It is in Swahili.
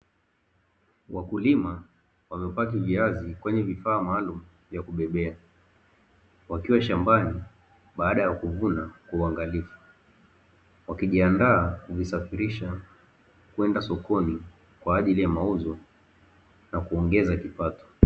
Wakulima wamepaki viazi kwenye vifaa maalumu vya kubebea wakiwa shambani baada ya kuvuna kwa uangalifu, wakijiandaa kuvisafirisha kwenda sokoni kwa ajili ya mauzo na kuongeza kipato.